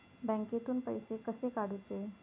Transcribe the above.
बँकेतून पैसे कसे काढूचे?